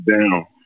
down